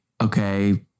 okay